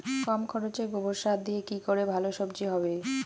কম খরচে গোবর সার দিয়ে কি করে ভালো সবজি হবে?